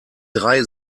drei